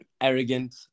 arrogant